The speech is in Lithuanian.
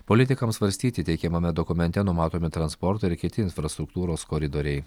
politikams svarstyti teikiamame dokumente numatomi transporto ir kiti infrastruktūros koridoriai